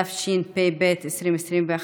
התשפ"ב 2021,